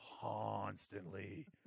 constantly